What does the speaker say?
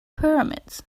pyramids